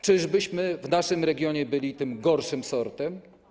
Czyżbyśmy w naszym regionie byli tym gorszym sortem?